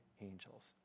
angels